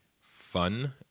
fun